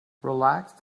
relaxed